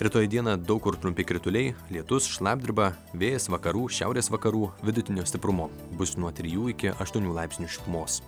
rytoj dieną daug kur trumpi krituliai lietus šlapdriba vėjas vakarų šiaurės vakarų vidutinio stiprumo bus nuo trijų iki aštuonių laipsnių šilumos